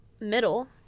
middle